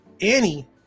Annie